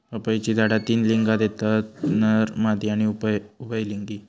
पपईची झाडा तीन लिंगात येतत नर, मादी आणि उभयलिंगी